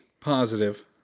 positive